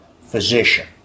physician